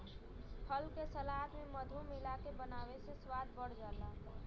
फल के सलाद में मधु मिलाके बनावे से स्वाद बढ़ जाला